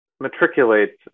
matriculate